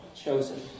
chosen